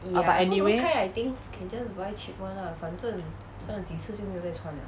ya but anyway